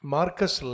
Marcus